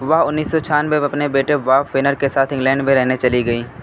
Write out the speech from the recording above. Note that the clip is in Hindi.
वह उन्नीस सौ छियानवे में अपने बेटे बॉब फेनर के साथ इंग्लैंड में रहने चली गईं